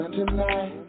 tonight